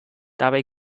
dabei